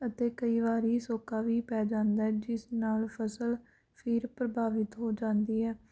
ਅਤੇ ਕਈ ਵਾਰੀ ਸੌਕਾ ਵੀ ਪੈ ਜਾਂਦਾ ਜਿਸ ਨਾਲ ਫਸਲ ਫਿਰ ਪ੍ਰਭਾਵਿਤ ਹੋ ਜਾਂਦੀ ਹੈ